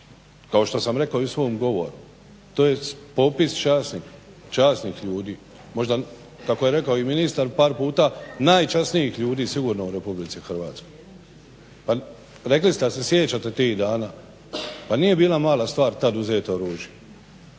Kao što sam rekao u svom govoru, to je popis časnih ljudi, kako je rekao i ministar par puta najčasnijih ljudi sigurno u Republici Hrvatskoj. Rekli ste da se sjećate tih dana, pa nije bila mala stvar tad uzet oružje,